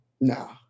no